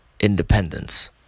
Independence